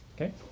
okay